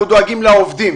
אנחנו דואגים לעובדים.